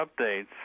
Updates